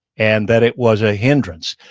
and that it was a hindrance.